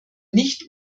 nicht